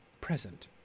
present